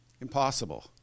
Impossible